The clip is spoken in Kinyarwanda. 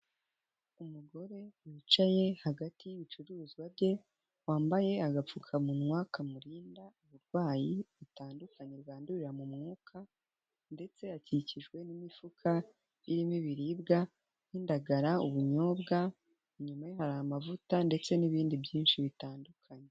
Umugore wicaye hagati y'ibicuruzwa bye, wambaye agapfukamunwa kamurinda uburwayi butandukanye bwandurira mu mwuka ndetse akikijwe n'imifuka irimo ibiribwa n'indagara, ubunyobwa, inyuma hari amavuta ndetse n'ibindi byinshi bitandukanye.